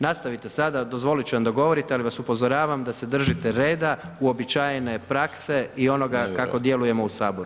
Nastavite sada, dozvoliti ću vam da govorite ali vas upozoravam da se držite reda uobičajene prakse i onoga kako djelujemo u Saboru.